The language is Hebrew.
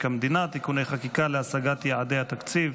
המדינה (תיקוני חקיקה להשגת יעדי התקציב)